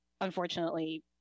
unfortunately